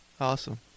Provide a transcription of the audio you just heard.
awesome